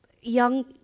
young